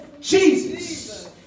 Jesus